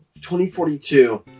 2042